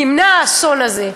נמנע האסון הזה.